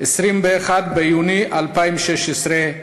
21 ביוני 2016,